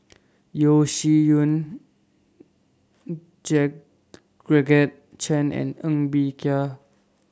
Yeo Shih Yun Georgette Chen and Ng Bee Kia